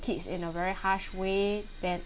kids in a very harsh way that